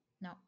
no